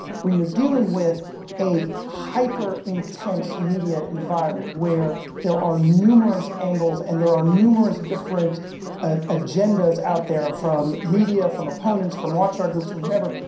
when you're dealing with a hyperintense media environment, where there are numerous angles and there are numerous different ah agendas out there from media, from opponents, from watchdog groups, from whoever,